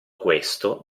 questo